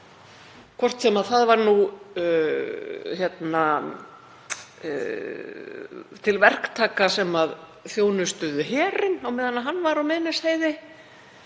hvort sem það var nú til verktaka sem þjónustuðu herinn á meðan hann var á Miðnesheiði,